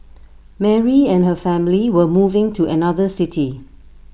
Mary and her family were moving to another city